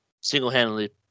single-handedly